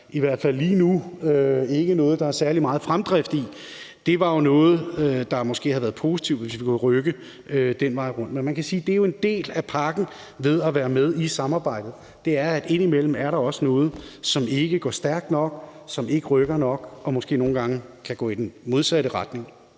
i hvert fald lige nu ikke er noget, der er særlig meget fremdrift i, var noget, hvor det måske kunne have været positivt, hvis vi kunne rykke den vej rundt. Men man kan sige, at det jo er en del af pakken, en del af at være med i samarbejdet, at der indimellem også er noget, som ikke går stærkt nok, som ikke rykker nok, og som måske nogle gange kan gå i den modsatte retning.